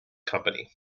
company